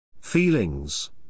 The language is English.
Feelings